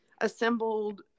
assembled